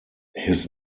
his